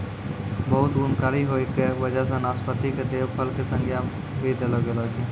बहुत गुणकारी होय के वजह सॅ नाशपाती कॅ देव फल के संज्ञा भी देलो गेलो छै